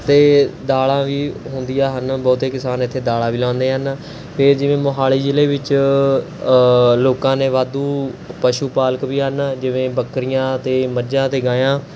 ਅਤੇ ਦਾਲ਼ਾਂ ਵੀ ਹੁੰਦੀਆਂ ਹਨ ਬਹੁਤੇ ਕਿਸਾਨ ਇੱਥੇ ਦਾਲ਼ਾਂ ਵੀ ਲਾਉਂਦੇ ਹਨ ਅਤੇ ਜਿਵੇਂ ਮੋਹਾਲੀ ਜ਼ਿਲ੍ਹੇ ਵਿੱਚ ਲੋਕਾਂ ਨੇ ਵਾਧੂ ਪਸ਼ੂ ਪਾਲਕ ਵੀ ਹਨ ਜਿਵੇਂ ਬੱਕਰੀਆਂ ਅਤੇ ਮੱਝਾਂ ਤੇ ਗਾਈਆਂ